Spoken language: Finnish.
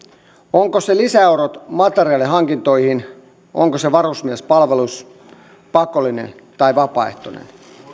onko se lisäeurot materiaalihankintoihin onko se varusmiespalvelus pakollinen tai vapaaehtoinen